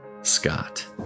Scott